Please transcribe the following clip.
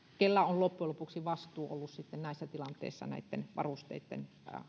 kenellä on loppujen lopuksi ollut vastuu näissä tilanteissa näitten varusteiden